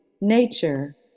nature